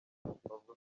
bavuga